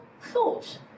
thought